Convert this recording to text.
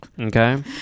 okay